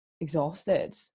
exhausted